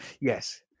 yes